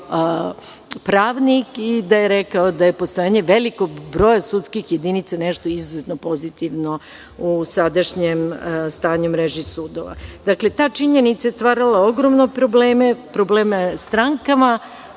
pravnik i da je rekao da je postojanje velikog broja sudskih jedinica nešto izuzetno pozitivno u sadašnjem stanju mreže sudova. Dakle, ta činjenica je stvarala ogromne probleme, probleme